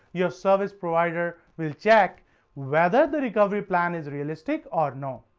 your service provider will check whether the recovery plan is realistic or no.